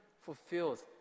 fulfills